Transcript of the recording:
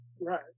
Right